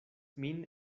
min